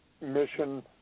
mission